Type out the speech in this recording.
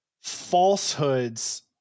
falsehoods